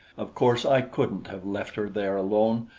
of course i couldn't have left her there alone,